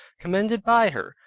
commended by her,